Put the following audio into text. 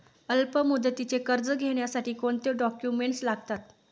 अल्पमुदतीचे कर्ज घेण्यासाठी कोणते डॉक्युमेंट्स लागतात?